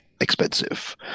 Expensive